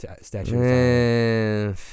statue